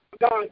God